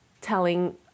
telling